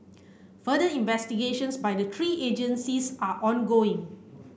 further investigations by the three agencies are ongoing